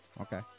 okay